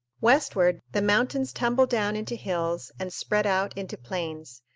westward, the mountains tumble down into hills and spread out into plains,